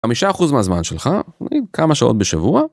5% מהזמן שלך, כמה שעות בשבוע.